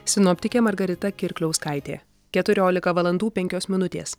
sinoptikė margarita kirkliauskaitė keturiolika valandų penkios minutės